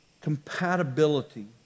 compatibility